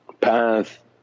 path